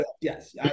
Yes